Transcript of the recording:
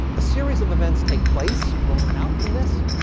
a series of events take place rolling out from this.